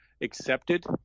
accepted